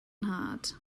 nhad